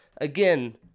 Again